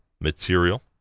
material